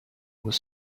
was